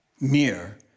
mirror